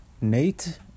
Nate